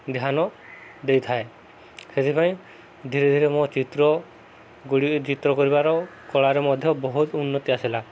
ଧ୍ୟାନ ଦେଇଥାଏ ସେଥିପାଇଁ ଧୀରେ ଧୀରେ ମୋ ଚିତ୍ର ଗୁଡ଼ିକ ଚିତ୍ର କରିବାର କଳାରେ ମଧ୍ୟ ବହୁତ ଉନ୍ନତି ଆସିଲା